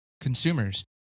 consumers